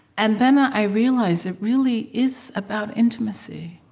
and then i realized, it really is about intimacy.